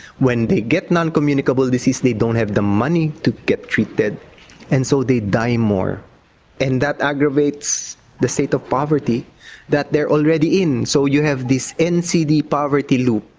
when they get non-communicable disease, they don't have the money to get treated and so they die more and that aggravates the state of poverty that they're already in. so you have this ncd poverty loop,